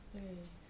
对